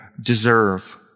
deserve